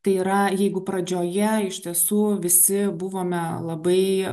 tai yra jeigu pradžioje iš tiesų visi buvome labai